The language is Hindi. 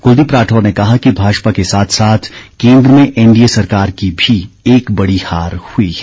कुलदीप राठौर ने कहा कि भाजपा के साथ साथ केन्द्र में एनडीए सरकार की भी एक बड़ी हार हुई है